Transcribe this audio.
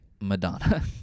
Madonna